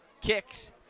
kicks